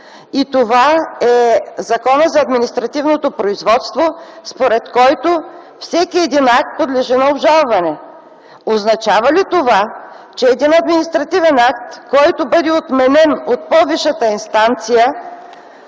и това е Законът за административното производство, според който всеки акт подлежи на обжалване. Означава ли това, че един административен акт, който бъде отменен от по-висшата инстанция,